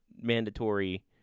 mandatory